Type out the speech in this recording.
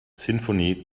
sinfonie